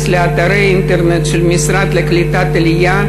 לאתר האינטרנט של המשרד לקליטת העלייה,